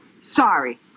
sorry